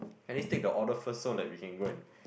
at least take the order first so like we can go and